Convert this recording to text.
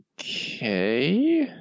Okay